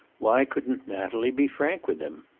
why couldn't natalie be frank with him?